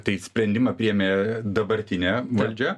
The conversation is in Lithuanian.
tai sprendimą priėmė dabartinė valdžia